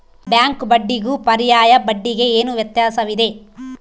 Bank ಬಡ್ಡಿಗೂ ಪರ್ಯಾಯ ಬಡ್ಡಿಗೆ ಏನು ವ್ಯತ್ಯಾಸವಿದೆ?